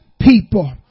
people